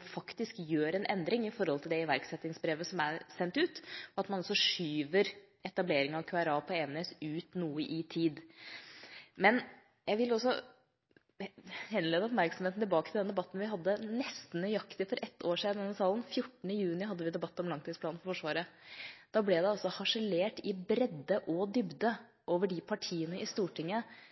faktisk en endring – når det gjelder det iverksettingsbrevet som er sendt ut – om at man forskyver etableringen av QRA på Evenes noe i tid. Jeg vil også henlede oppmerksomheten på den debatten vi hadde nesten nøyaktig for ett år siden i denne salen – 14. juni – om langtidsplanen for Forsvaret. Da ble det harselert i bredde og dybde over de partiene i Stortinget